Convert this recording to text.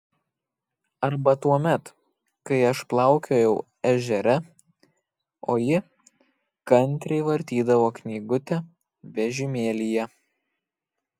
arba tuomet kai aš plaukiojau ežere o ji kantriai vartydavo knygutę vežimėlyje